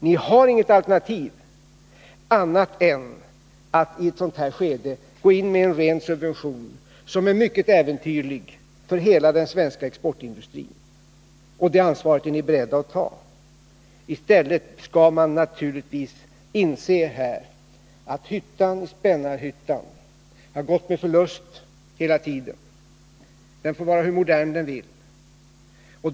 Ni har inget annat alternativ än att i ett sådant här skede gå in med en ren subvention, vilket är mycket äventyrligt för hela den svenska exportindustrin. Och det ansvaret är ni beredda att ta. Spännarhyttan har gått med förlust hela tiden, hur modern den än är.